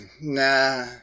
nah